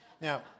Now